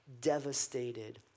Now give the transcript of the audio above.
devastated